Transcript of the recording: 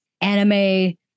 anime